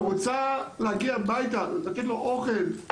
ורוצה להגיע הביתה, לתת לו אוכל,